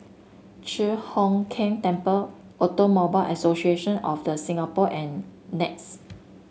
Chi Hock Keng Temple Automobile Association of The Singapore and Nex